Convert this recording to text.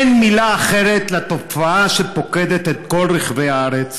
אין מילה אחרת לתופעה שפוקדת את כל רחבי הארץ.